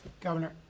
Governor